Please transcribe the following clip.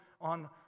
on